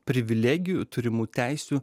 privilegijų turimų teisių